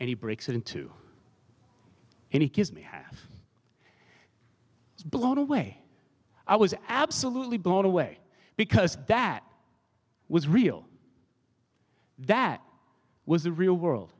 he breaks it into any kids may have blown away i was absolutely blown away because that was real that was the real world